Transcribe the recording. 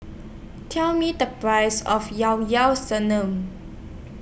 Tell Me The Price of Llao Llao Sanum